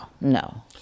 no